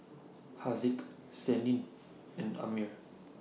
Haziq Senin and Ammir